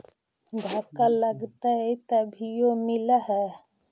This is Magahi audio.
धक्का लगतय तभीयो मिल है?